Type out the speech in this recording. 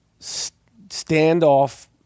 standoff